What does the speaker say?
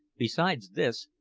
besides this,